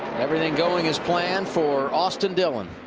everything going as planned for austin dillon.